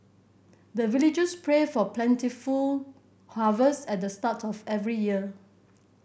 the villagers pray for plentiful harvest at the start of every year